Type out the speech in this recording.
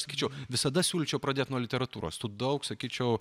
sakyčiau visada siūlyčiau pradėti nuo literatūros tu daug sakyčiau